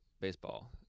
baseball